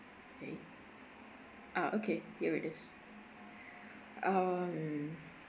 ah okay here it is um